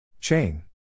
Chain